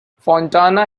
fontana